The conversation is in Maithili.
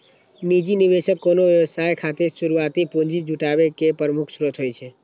निजी निवेशक कोनो व्यवसाय खातिर शुरुआती पूंजी जुटाबै के प्रमुख स्रोत होइ छै